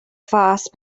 first